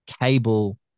cable